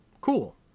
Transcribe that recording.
Cool